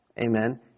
amen